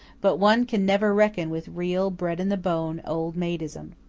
but one can never reckon with real, bred-in-the-bone old-maidism.